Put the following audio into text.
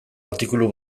artikulu